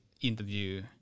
interview